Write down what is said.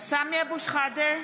סמי אבו שחאדה,